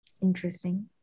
interesting